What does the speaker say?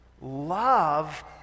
love